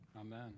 Amen